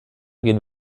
gehen